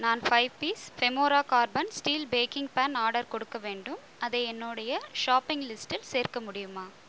நான் five piece ஃபெமோரா carbon steel baking pan order கொடுக்க வேண்டும் அதை என்னோடைய ஷாப்பிங் லிஸ்ட்டில் சேர்க்க முடியுமா